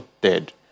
dead